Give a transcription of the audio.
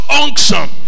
unction